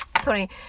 sorry